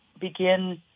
begin